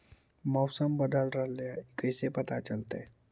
मौसम बदल रहले हे इ कैसे पता चलतै?